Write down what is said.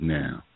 now